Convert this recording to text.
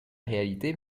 réalité